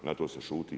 Na to se šuti.